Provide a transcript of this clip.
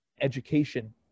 education